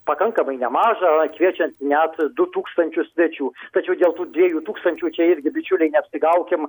pakankamai nemažą kviečiant net du tūkstančius svečių tačiau dėl tų dviejų tūkstančių čia irgi bičiuliai neapsigaukim